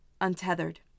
untethered